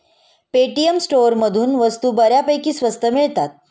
Paytm स्टोअरमधून वस्तू बऱ्यापैकी स्वस्त मिळतात